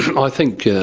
i think, yeah